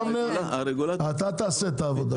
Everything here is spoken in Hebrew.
אבנר, אתה תעשה את העבודה.